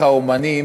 איך האמנים,